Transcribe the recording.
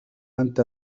أنت